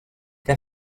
què